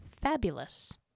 fabulous